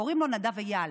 קוראים לו נדב אייל.